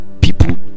people